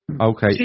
okay